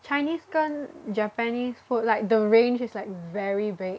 Chinese 跟 Japanese food like the range is like very big